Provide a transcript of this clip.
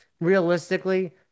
realistically